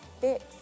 fix